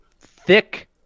thick